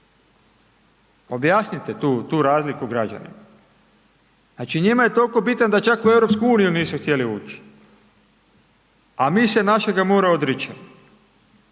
Objasnite tu, tu razliku građanima. Znači njima je toliko bitan da čak u EU nisu htjeli ući, a mi se našega mora odričemo.